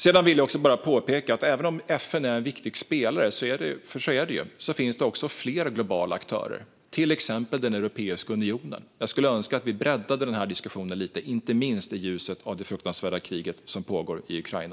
Låt mig också påpeka att även om FN är en viktig spelare finns det fler globala aktörer, till exempel Europeiska unionen. Jag skulle önska att vi breddade diskussionen lite, inte minst i ljuset av det fruktansvärda krig som pågår i Ukraina.